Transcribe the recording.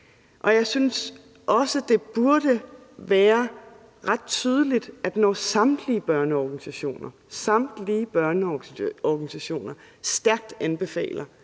det burde være ret tydeligt, at når samtlige børneorganisationer stærkt anbefaler,